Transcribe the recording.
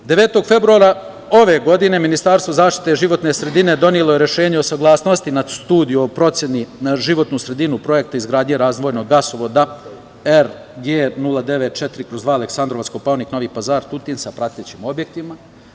Devetog februara ove godine Ministarstvo zaštite životne sredine donelo je rešenje o saglasnosti na Studiju o proceni na životnu sredinu projekta izgradnje razvojnog gasovoda RG094/2 Aleksandrovac-Kopaonik-Novi Pazar-Tutin, sa pratećim objektima.